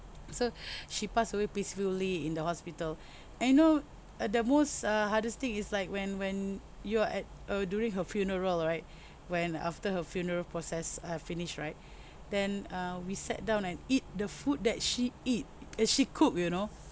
so she passed away peacefully in the hospital and you know uh the most uh hardest thing is like when when you are at uh during her funeral right when after her funeral process have finished right then uh we sat down and eat the food that she eat she cook you know